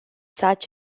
such